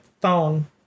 phone